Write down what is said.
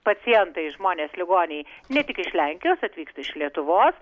pacientai žmonės ligoniai ne tik iš lenkijos atvyksta iš lietuvos